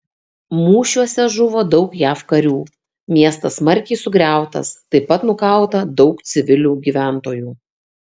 mūšiuose žuvo daug jav karių miestas smarkiai sugriautas taip pat nukauta daug civilių gyventojų